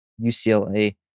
UCLA